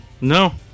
No